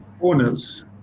owners